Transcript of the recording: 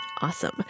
Awesome